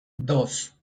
dos